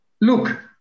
look